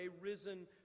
risen